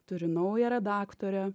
turi naują redaktorė